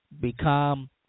become